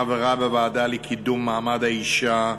חברה בוועדה לקידום מעמד האישה,